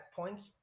points